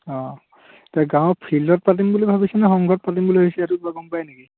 অঁ এতিয়া গাঁৱৰ ফিল্ডত পাতিম বুলি ভাবিছেনে সংঘত পাতিম বুলি ভাবিছে সেইটো কিবা গম পায় নেকি